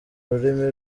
rurimi